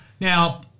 now